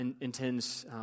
intends